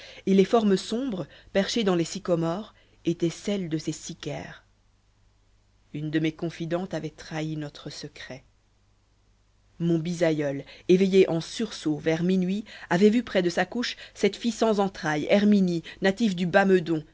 et les formes sombres perchées dans les sycomores étaient celles de ses sicaires une de mes confidentes avait trahi notre secret mon bisaïeul éveillé en sursaut vers minuit avait vu près de sa couche cette fille sans entrailles herminie native du